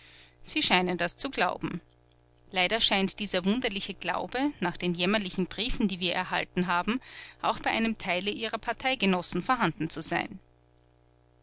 sie scheinen das zu glauben leider scheint dieser wunderliche glaube nach den jämmerlichen briefen die wir erhalten haben auch bei einem teile ihrer parteigenossen vorhanden zu sein